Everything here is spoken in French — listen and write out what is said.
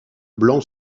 blanc